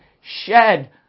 shed